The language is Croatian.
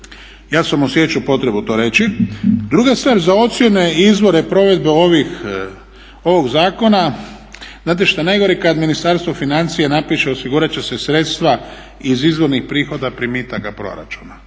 ja sam osjećao potrebu to reći. Druga stvar, za ocjene i izvore provedbe ovih, ovog zakona, znate šta najgore kad Ministarstvo financija napiše osigurat će se sredstava iz izvornih prihoda primitaka proračuna.